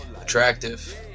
attractive